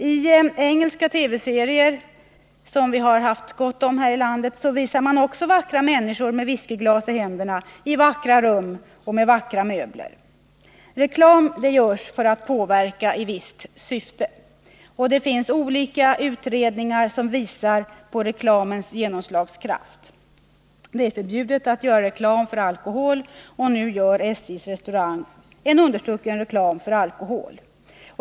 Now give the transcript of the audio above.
I engelska TV-serier, som vi har haft gott om här i landet, visas vackra människor med whiskyglas i händerna i vackra rum med vackra möbler. Reklam görs för att påverka i visst syfte. Det finns olika utredningar som visar reklamens genomslagskraft. Det är förbjudet att göra reklam för alkohol. Nu gör SJ:s restaurang understucken reklam för alkohol.